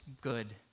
good